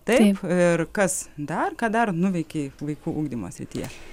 taip ir kas dar ką dar nuveikei vaikų ugdymo srityje